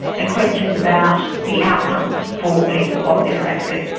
and questions about the outcomes for people of better access.